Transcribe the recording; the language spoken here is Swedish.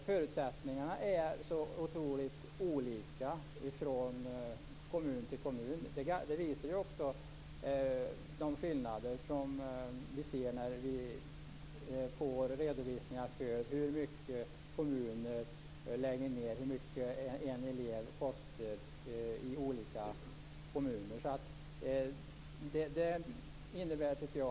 Förutsättningarna är otroligt olika från kommun till kommun. Det visar också de skillnader som vi ser när vi får redovisningar för hur mycket kommuner lägger ned på skolan och hur mycket en elev kostar i olika kommuner.